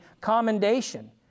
commendation